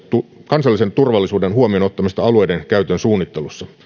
kansallisen turvallisuuden huomioonottamista alueiden käytön suunnittelussa